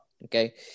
Okay